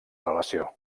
relació